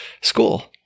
school